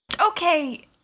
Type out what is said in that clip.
Okay